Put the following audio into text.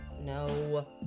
No